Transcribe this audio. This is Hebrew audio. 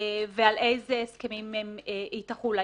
ועל אילו הסכמים היא תחול,